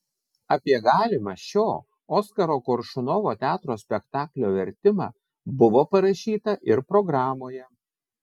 apie galimą šio oskaro koršunovo teatro spektaklio vertimą buvo parašyta ir programoje